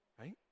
right